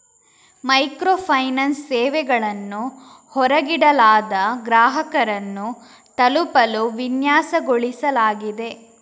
micro finance ಸೇವೆಗಳನ್ನು ಹೊರಗಿಡಲಾದ ಗ್ರಾಹಕರನ್ನು ತಲುಪಲು ವಿನ್ಯಾಸಗೊಳಿಸಲಾಗಿದೆ